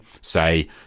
say